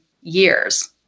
years